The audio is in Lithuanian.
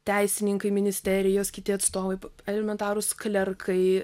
teisininkai ministerijos kiti atstovai elementarūs klerkai